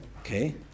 Okay